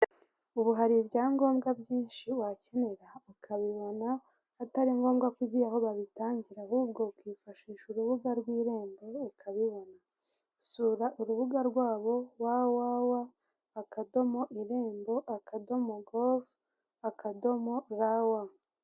Ubu hari ibyangombwa byinshi wakenera ukabibona atari ngombwa ko ugiye aho babitangira ahubwo ukifashisha urubuga rw'irembo ukabibona sura urubuga rwabo wa wa wa irembo akadomo govu akadomo ra wa.